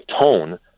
tone